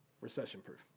recession-proof